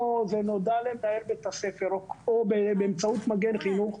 זה נודע למנהל בית הספר או באמצעות מגן חינוך,